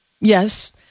Yes